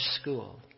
school